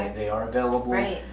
they are available. right.